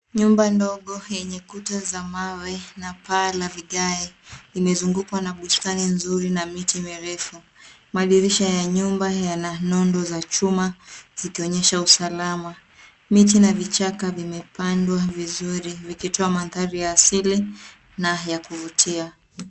Nyumba ndogo yenye kuta za mawe na paa la vigae imezungukwa na bustani nzuri na miti mirefu. Madirisha ya nyumba yana nondo za chuma zikionyesha usalama. Miti na vichaka vimepandwa vizuri vikitoa mandhari ya asili na ya kuvutia.